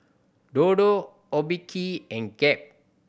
Dodo Obike and Gap